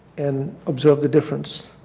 and observe the difference.